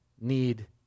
need